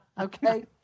okay